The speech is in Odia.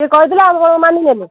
ସିଏ କହିଦେଲା ଆପଣ ମାନିନେଲେ